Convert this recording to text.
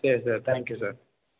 சரி sir thank you sir